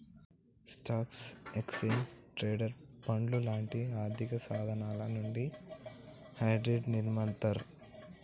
స్టాక్లు, exchange traded ఫండ్లు లాంటి ఆర్థికసాధనాల నుండి హెడ్జ్ని నిర్మిత్తర్